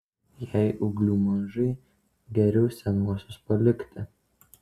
jei ūglių mažai geriau senuosius palikti